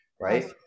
right